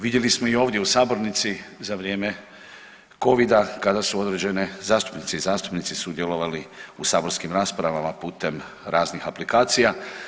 Vidjeli smo i ovdje u sabornici za vrijeme covida kada su određene zastupnice i zastupnici sudjelovali u saborskim raspravama putem raznih aplikacija.